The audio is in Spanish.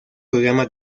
programa